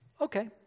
okay